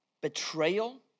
betrayal